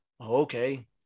Okay